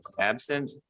absent